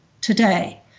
today